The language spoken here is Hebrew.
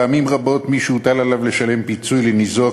פעמים רבות מי שהוטל עליו לשלם פיצוי לניזוק